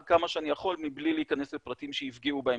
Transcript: כמה שאני יכול מבלי להיכנס לפרטים שיפגעו בהמשך.